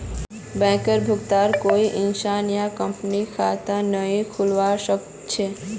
बैंकरेर बैंकत कोई इंसान या कंपनीर खता नइ खुलवा स ख छ